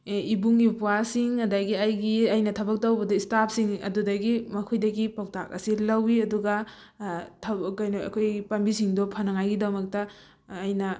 ꯏꯕꯨꯡ ꯏꯄ꯭ꯋꯥꯁꯤꯡ ꯑꯗꯒꯤ ꯑꯩꯒꯤ ꯑꯩꯅ ꯊꯕꯛ ꯇꯧꯕꯗ ꯏꯁꯇꯥꯞꯁꯤꯡ ꯑꯗꯨꯗꯒꯤ ꯃꯈꯣꯏꯗꯒꯤ ꯄꯧꯇꯥꯛ ꯑꯁꯤ ꯂꯧꯋꯤ ꯑꯗꯨꯒ ꯀꯩꯅꯣ ꯑꯩꯈꯣꯏꯒꯤ ꯄꯥꯝꯕꯤꯁꯤꯡꯗꯣ ꯐꯅꯉꯥꯏꯒꯤꯗꯃꯛꯇ ꯑꯩꯅ